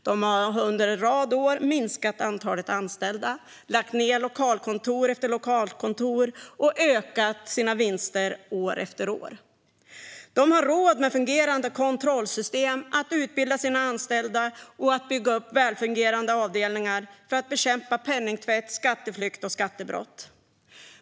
De har under en rad år minskat antalet anställda, lagt ned lokalkontor efter lokalkontor och ökat sina vinster år efter år. De har råd med fungerande kontrollsystem, att utbilda sina anställda och att bygga upp välfungerande avdelningar för att bekämpa penningtvätt, skatteflykt och skattebrott.